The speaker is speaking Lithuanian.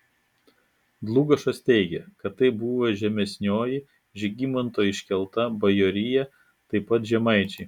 dlugošas teigia kad tai buvo žemesnioji žygimanto iškelta bajorija taip pat žemaičiai